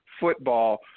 football